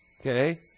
Okay